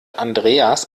andreas